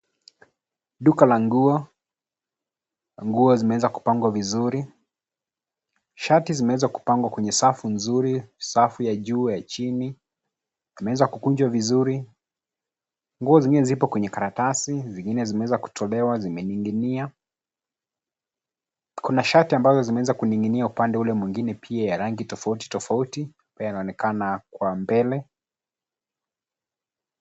Duka la nguo, na nguo zimeweza kupangwa vizuri. Shati zimewezwa kupangwa kwenye safu nzuri, safu ya juu, chini. Zimewezwa kukunjwa vizuri. Nguo zingine ziko kwa karatasi, zingine zimeweza kutolewa zimening'inia. Kuna shati ambazo zimeweza kuning'inia upande ule mwingine pia ya rangi tofauti tofauti yanaonekana kwa mbele.